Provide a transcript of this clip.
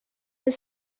have